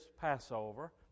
Passover